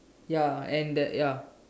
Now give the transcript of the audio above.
ya and that ya